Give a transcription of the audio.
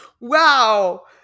Wow